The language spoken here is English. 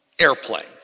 airplane